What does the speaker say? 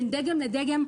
בין דגם דגם,